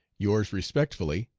yours respectfully,